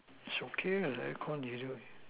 it's okay the air con is okay